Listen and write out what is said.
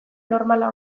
normala